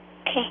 okay